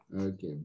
Okay